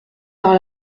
par